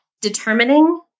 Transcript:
determining